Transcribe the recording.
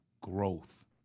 growth